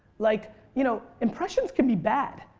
like you know impressions can be bad.